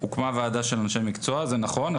הוקמה ועדה של אנשי מקצוע זה נכון,